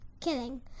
Kidding